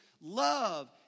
Love